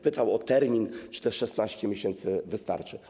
Pytał o termin, o to, czy 16 miesięcy wystarczy.